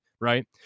right